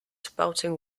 spouting